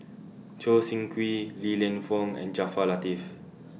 Choo Seng Quee Li Lienfung and Jaafar Latiff